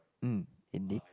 mm indeed